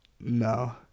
No